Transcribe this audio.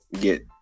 get